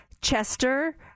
Chester